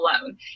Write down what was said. alone